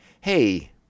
hey